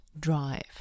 drive